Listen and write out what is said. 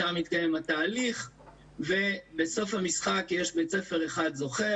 שם מתקיים התהליך ובסוף המשחק יש בית ספר זוכה,